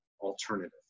alternative